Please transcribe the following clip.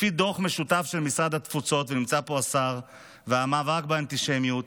לפי דוח משותף של משרד התפוצות והמאבק באנטישמיות,